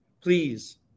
please